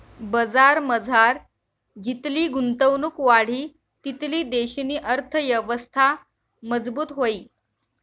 बजारमझार जितली गुंतवणुक वाढी तितली देशनी अर्थयवस्था मजबूत व्हयी